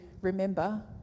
remember